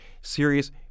Serious